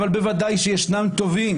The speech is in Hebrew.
אבל בוודאי ישנם טובים